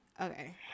Okay